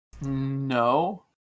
No